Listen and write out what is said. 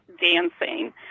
dancing